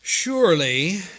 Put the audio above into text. Surely